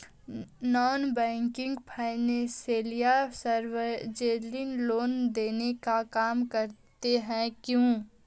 Non banking financial services loan देने का काम करती है क्यू?